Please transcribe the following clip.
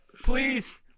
Please